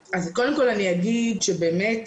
באמת,